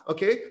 Okay